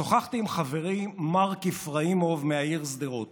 שוחחתי עם חברי מארק איפראימוב מהעיר שדרות,